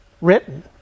written